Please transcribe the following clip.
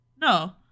No